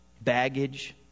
baggage